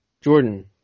Jordan